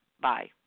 Bye